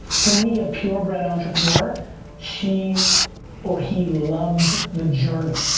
for me a purebred entrepreneur she or he loves the journey